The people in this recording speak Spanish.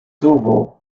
tuvo